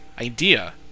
idea